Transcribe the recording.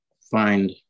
find